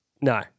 No